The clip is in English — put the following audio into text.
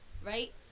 right